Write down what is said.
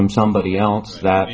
from somebody else that